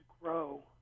grow